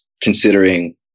considering